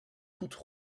toutes